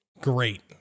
great